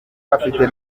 afite